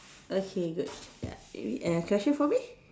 okay good ya any question for me